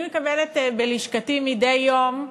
אני מקבלת בלשכתי מדי יום,